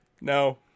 No